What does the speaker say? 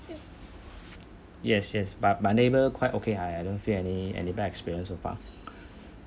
yes yes but my neighbour quite okay I I don't feel any any bad experience so far